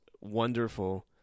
wonderful